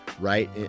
right